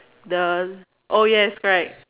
the oh yes right